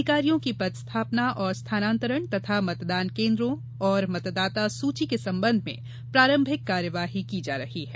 अधिकारियों की पद स्थापना और स्थानांतरण तथा मतदान केन्द्रों तथा मतदाता सूची के संबंध में प्रारंभिक कार्यवाही की जा रही है